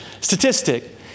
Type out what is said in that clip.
statistic